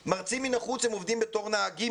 ואמרתי שמרצים מן החוץ בדרך כלל עובדים בתור נהגים